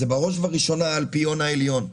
זה בראש ובראשונה האלפיון העליון,